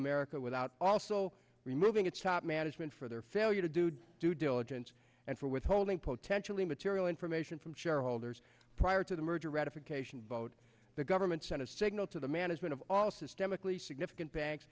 america without also removing its top management for their failure to do due diligence and for withholding potentially material information from shareholders prior to the merger ratification vote the government sent a signal to the management of all systemically significant banks